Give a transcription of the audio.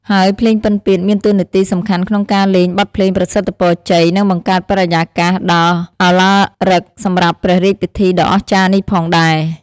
ហើយភ្លេងពិណពាទ្យមានតួនាទីសំខាន់ក្នុងការលេងបទភ្លេងប្រសិទ្ធពរជ័យ និងបង្កើតបរិយាកាសដ៏ឱឡារឹកសម្រាប់ព្រះរាជពិធីដ៏អស្ចារ្យនេះផងដែរ។